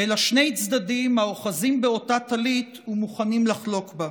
אלא שני צדדים האוחזים באותה טלית ומוכנים לחלוק בה.